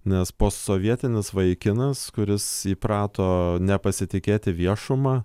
nes postsovietinis vaikinas kuris įprato nepasitikėti viešuma